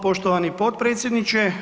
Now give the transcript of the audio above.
poštovani potpredsjedniče.